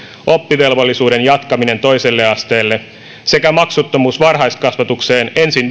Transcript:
oppivelvollisuuden jatkaminen toiselle asteelle sekä maksuttomuus varhaiskasvatukseen ensin